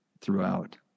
throughout